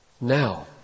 Now